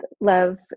love